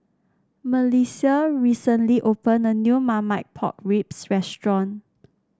MelissiA recently opened a new Marmite Pork Ribs restaurant